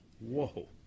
whoa